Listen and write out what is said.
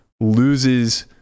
loses